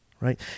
Right